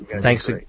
Thanks